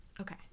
Okay